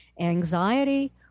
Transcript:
anxiety